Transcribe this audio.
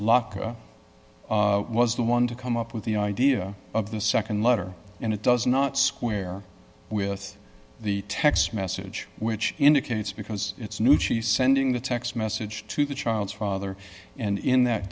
lock was the one to come up with the idea of the nd letter and it does not square with the text message which indicates because it's nucci sending the text message to the child's father and in that